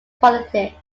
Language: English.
politics